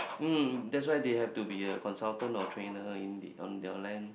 um that's why they have to be a consultant or trainer in the on the land